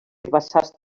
herbassars